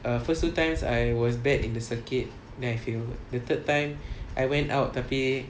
err first two times I was bad in the circuit then I failed the third time I went out tapi